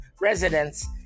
residents